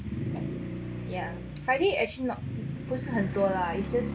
ya friday actually not 不是很多 lah it's just